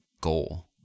goal